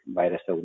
virus